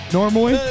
Normally